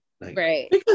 Right